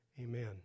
amen